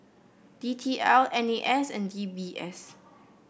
D T L N A S and D B S